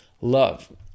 love